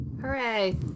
Hooray